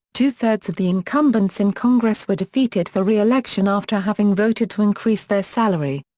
two-thirds of the incumbents in congress were defeated for re-election after having voted to increase their salary.